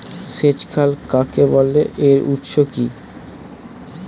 সেচ খাল কাকে বলে এর উৎস কি?